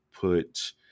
put